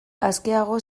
askeago